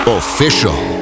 official